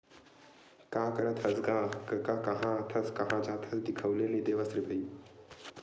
का करत हस गा कका काँहा आथस काँहा जाथस दिखउले नइ देवस रे भई?